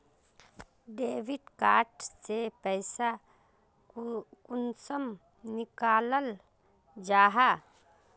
Debit card से पैसा कुंसम निकलाल जाहा?